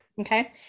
Okay